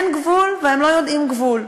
אין גבול והם לא יודעים גבול,